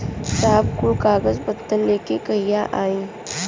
साहब कुल कागज पतर लेके कहिया आई?